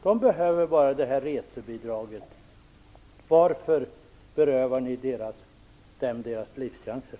De behöver bara det här resebidraget. Varför berövar ni dem deras livschanser?